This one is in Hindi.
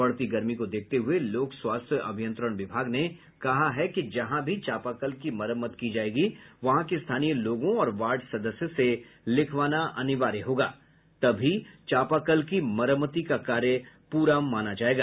बढ़ती गर्मी को देखते हुए लोक स्वास्थ्य अभियंत्रण विभाग ने कहा है कि जहां भी चापाकल की मरम्मत की जायेगी वहां के स्थानीय लोगों और वार्ड सदस्य से लिखवाना अनिवार्य होगा तभी चापाकल की मरम्मति का कार्य माना जायेगा